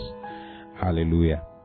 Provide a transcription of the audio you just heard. Hallelujah